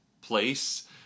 place